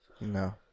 no